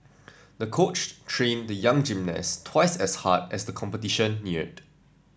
the coach trained the young gymnast twice as hard as the competition neared